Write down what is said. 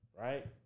right